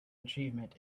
achievement